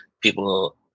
People